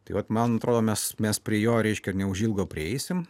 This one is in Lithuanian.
tai vat man atrodo mes mes prie jo reiškia neužilgo prieisim